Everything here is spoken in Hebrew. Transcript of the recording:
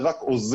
זה רק עוזר.